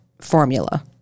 formula